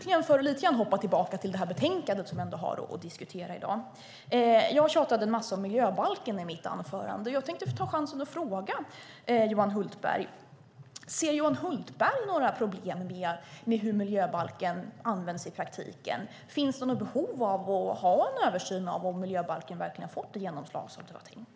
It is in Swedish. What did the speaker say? I mitt anförande tjatade jag en massa om miljöbalken. Jag tänkte ta chansen och fråga Johan Hultberg om han ser några problem med hur miljöbalken används i praktiken. Finns det något behov av att ha en översyn av om miljöbalken verkligen fått det genomslag som det var tänkt?